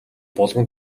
болгон